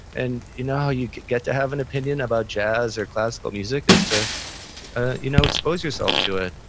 and you know how you get to have an opinion about jazz or classical music? is to you know expose yourself to it,